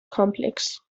complex